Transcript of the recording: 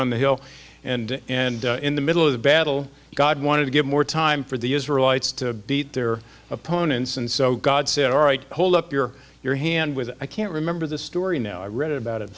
on the hill and and in the middle of the battle god wanted to give more time for the israelites to beat their opponents and so god said alright hold up your your hand with i can't remember the story now i read about it